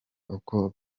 uko